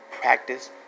practice